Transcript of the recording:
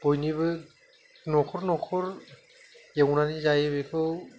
बयनिबो न'खर न'खर एवनानै जायो बेखौ